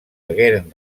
hagueren